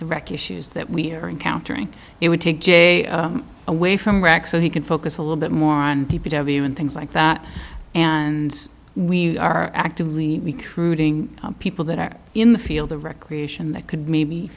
wreck issues that we are encountering it would take jay away from rack so he can focus a little bit more on things like that and we are actively recruiting people that are in the field of recreation that could maybe